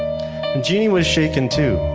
genie was shaken too.